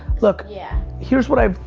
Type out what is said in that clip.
look, yeah here's what i've,